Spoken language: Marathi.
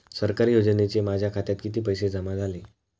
सरकारी योजनेचे माझ्या खात्यात किती पैसे जमा झाले?